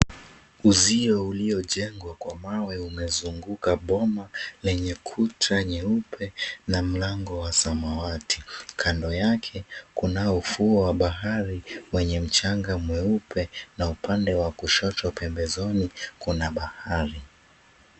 Uzio uliojengwa kwa mawe umezunguka boma lenye kuta nyeupe na mlango wa samawati, kando yake kunao ufuo wa bahari wenye mchnga mweupe na upande wa kushoto pembezoni kuna bahari.